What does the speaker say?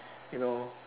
you know